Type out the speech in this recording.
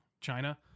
china